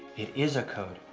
it is a code.